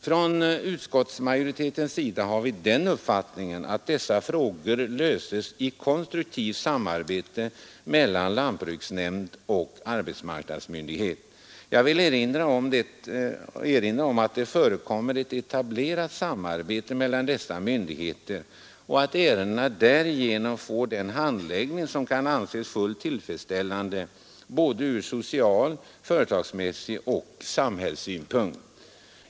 Torsdagen den Vi i utskottsmajoriteten har uppfattningen att dessa frågor löses i 15 mars 1973 konstruktivt samarbete mellan lantbruksnämnder och arbetsmarknadsmyndigheter. Jag vill erinra om att det förekommer ett etablerat samarbete mellan dessa myndigheter och att ärendena därigenom får en handläggning som kan anses fullt tillfredsställande från såväl social och företagsmässig som samhällelig synpunkt.